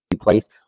place